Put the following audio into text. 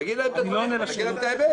תגיד להם את הדברים, תגיד להם את האמת.